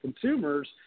consumers